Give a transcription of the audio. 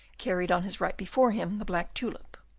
carried on his right before him, the black tulip,